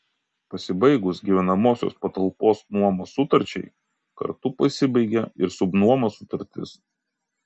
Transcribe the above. pasibaigus gyvenamosios patalpos nuomos sutarčiai kartu pasibaigia ir subnuomos sutartis